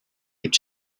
could